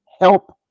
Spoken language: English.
help